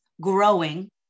growing